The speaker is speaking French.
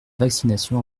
vaccination